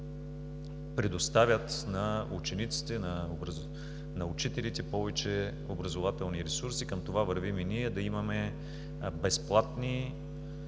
предоставят на учениците и на учителите повече образователни ресурси. Към това вървим и ние – да имаме безплатно